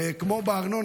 וכמו בארנונה,